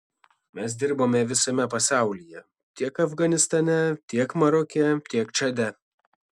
mes dirbame visame pasaulyje tiek afganistane tiek maroke tiek čade